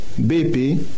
BP